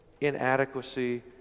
inadequacy